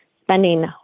spending